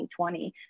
2020